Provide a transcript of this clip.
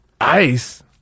Ice